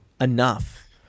enough